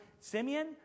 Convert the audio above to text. Simeon